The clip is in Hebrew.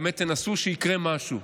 באמת תנסו שיקרה משהו.